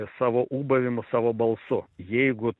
savo ūbavimu savo balsu jeigu